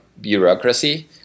bureaucracy